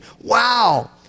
Wow